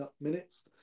minutes